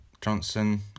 Johnson